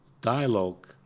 dialogue